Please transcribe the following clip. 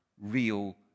real